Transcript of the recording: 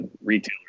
retailers